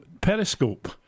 Periscope